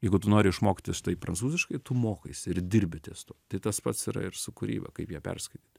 jeigu tu nori išmokti štai prancūziškai tu mokaisi ir dirbi ties tuo tai tas pats yra ir su kūryba kaip ją perskaityti